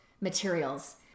materials